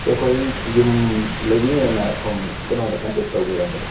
ꯁꯤ ꯑꯩꯈꯣꯏꯒꯤ ꯌꯨꯝ ꯂꯩꯕꯤꯅꯦꯅ ꯁꯣꯝ ꯀꯩꯅꯣꯗ ꯀꯟꯇꯦꯛ ꯇꯧꯕꯤꯔꯝꯕꯗꯣ